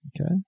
Okay